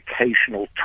educational